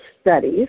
studies